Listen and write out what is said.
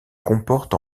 comporte